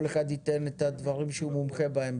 כל אחד ייתן את הדברים שהוא מומחה בהם.